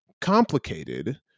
complicated